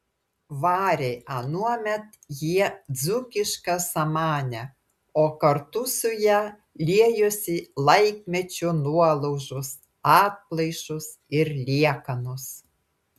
varė anuomet jie dzūkišką samanę o kartu su ja liejosi laikmečio nuolaužos atplaišos ir liekanos